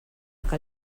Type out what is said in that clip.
que